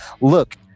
look